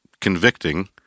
convicting